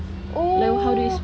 oh